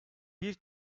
bir